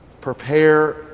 prepare